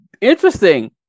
interesting